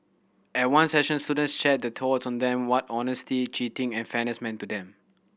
at one session students shared their thoughts on that what honesty cheating and fairness mean to them